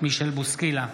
מישל בוסקילה,